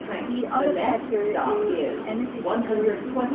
the other factor is energy security.